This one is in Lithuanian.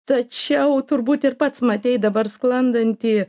tačiau turbūt ir pats matei dabar sklandantį